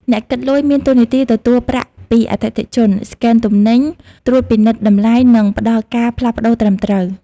អ្នកគិតលុយ មានតួនាទីទទួលប្រាក់ពីអតិថិជន ស្កេនទំនិញ ត្រួតពិនិត្យតម្លៃ និងផ្តល់ការផ្លាស់ប្តូរត្រឹមត្រូវ។